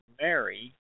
Mary